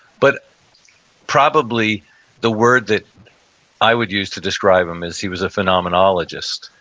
but probably the word that i would use to describe him is he was a phenomenologist.